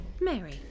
Mary